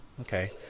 Okay